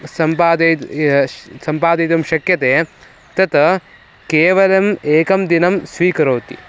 सम्पादयितुम् सम्पादयितुं शक्यते तत् केवलम् एकं दिनं स्वीकरोति